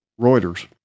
reuters